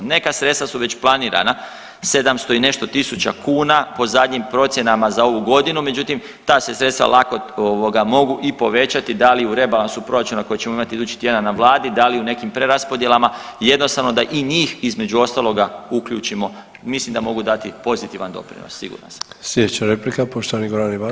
Neka sredstva su već planirana 700 i nešto tisuća kuna po zadnjim procjenama za ovu godinu, međutim ta se sredstva lako mogu i povećati da li u rebalansu proračuna koji ćemo imati idući tjedan na vladi, da li u nekim preraspodjelama i jednostavno da i njih između ostaloga uključimo i mislim da mogu dati pozitivan doprinos siguran sam.